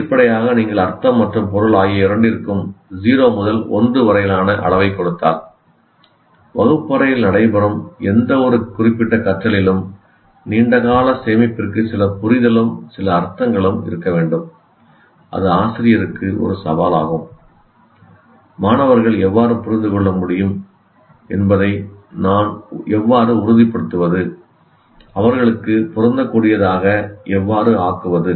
வெளிப்படையாக நீங்கள் அர்த்தம் மற்றும் பொருள் ஆகிய இரண்டிற்கும் 0 முதல் 1 வரையிலான அளவைக் கொடுத்தால் வகுப்பறையில் நடைபெறும் எந்தவொரு குறிப்பிட்ட கற்றலிலும் நீண்டகால சேமிப்பிற்கு சில புரிதலும் சில அர்த்தங்களும் இருக்க வேண்டும் அது ஆசிரியருக்கு ஒரு சவாலாகும் மாணவர்கள் எவ்வாறு புரிந்துகொள்ள முடியும் என்பதை நான் எவ்வாறு உறுதிப்படுத்துவது அவர்களுக்கு பொருந்தக்கூடியதாக எவ்வாறு ஆக்குவது